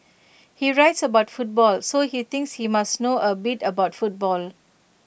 he writes about football so he thinks he must know A bit about football